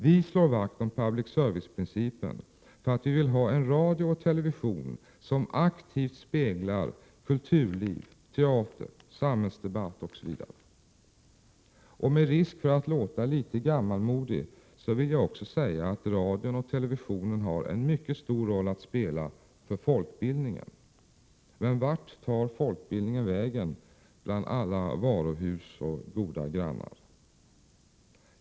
Vi slår vakt om public service-principen, för vi vill ha en radio och television som aktivt speglar kulturliv, teater, samhällsdebatt osv. Med risk för att låta litet gammalmodig vill jag också säga att radion och televisionen har att spela en mycket stor roll för folkbildningen. Men vart tar folkbildningen vägen bland alla ”Varuhus” och ”Goda grannar”?